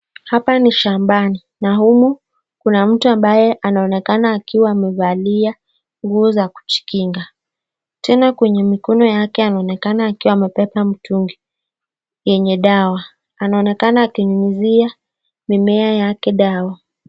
Hapa ni shambani na humu kuna mtu ambaye anaonekana akiwa amevalia nguo za kujikinga. Tena kwenye mikono yake anaonekana akiwa amebeba mtungi yenye dawa, anaonekana akinyunyizia mimea yake dawa.